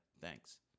thanks